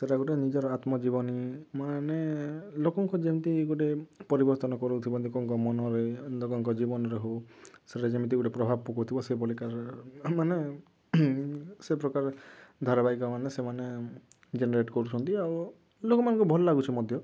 ସେଇଟା ଗୋଟେ ନିଜର ଆତ୍ମଜୀବନୀ ମାନେ ଲୋକଙ୍କୁ ଯେମିତି ଗୋଟେ ପରିବର୍ତ୍ତନ କରାଉଥିବା ଲୋକଙ୍କ ମନରେ ଲୋକଙ୍କ ଜୀବନରେ ହଉ ସେଇଟା ଯେମିତି ଗୋଟେ ପ୍ରଭାବ ପକାଉଥିବ ସେଭଳି ପ୍ରକାର ଆମେ ମାନେ ସେଇପ୍ରକାର ଧାରାବାହିକ ମାନେ ସେମାନେ ଜେନେରେଟ୍ କରୁଛନ୍ତି ଆଉ ଲୋକମାନଙ୍କୁ ଭଲ ଲାଗୁଛି ମଧ୍ୟ